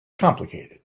complicated